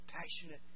passionate